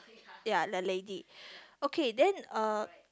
ya the lady okay then uh